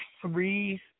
three